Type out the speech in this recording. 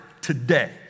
today